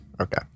Okay